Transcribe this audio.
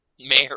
Mayor